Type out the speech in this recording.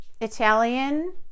italian